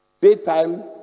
Daytime